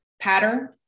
pattern